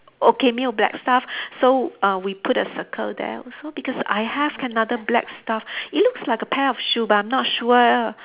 okay 没有 black stuff so uh we put a circle there also because I have another black stuff it looks like a pair of shoe but I'm not sure